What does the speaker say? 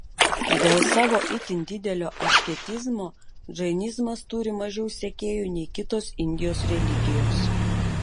dėl savo itin didelio asketizmo džainizmas turi mažiau sekėjų nei kitos indijos religijos